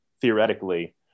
theoretically